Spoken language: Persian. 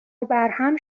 وبرهم